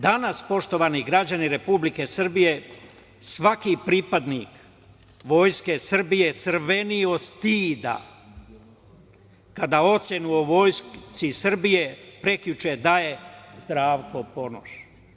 Danas, poštovani građani Republike Srbije, svaki pripadnik vojske Srbije crveni od stida kada ocenu o vojsci Srbije prekjuče daje Zdravko Ponoš.